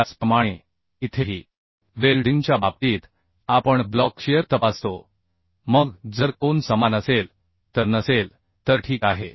त्याचप्रमाणे इथेही वेल्डिंगच्या बाबतीत आपण ब्लॉक शिअर तपासतो मग जर कोन समान असेल तर नसेल तर ठीक आहे